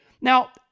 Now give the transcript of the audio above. Now